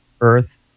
earth